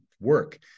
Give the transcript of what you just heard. work